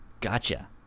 Gotcha